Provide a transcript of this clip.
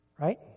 Right